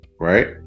right